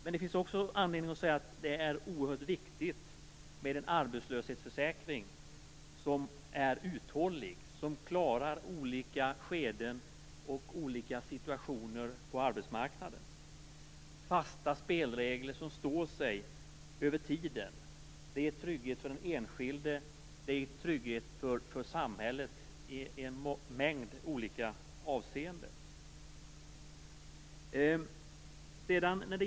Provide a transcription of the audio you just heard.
Men det finns också anledning att säga att det är oerhört viktigt med en arbetslöshetsförsäkring som är uthållig, som klarar olika skeden och olika situationer på arbetsmarknaden. Fasta spelregler som står sig över tiden innebär trygghet för den enskilde och trygghet för samhället i en mängd olika avseenden.